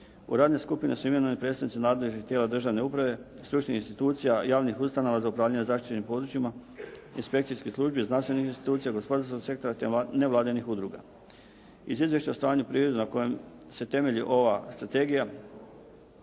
U radne skupine se imenuju predstavnici nadležnih tijela državne uprave, stručnih institucija, javnih ustanova za upravljanje zaštićenim područjima, inspekcijskih službi, znanstvenih institucija, gospodarskog sektora, te nevladinih udruga. Iz izvješća o stanju prirode na kojem se temelji ova strategija